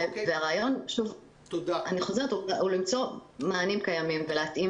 הרעיון הוא למצוא מענה קיים ולהתאים